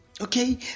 Okay